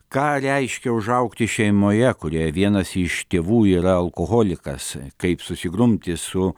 ką reiškia užaugti šeimoje kurioje vienas iš tėvų yra alkoholikas kaip susigrumti su